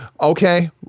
Okay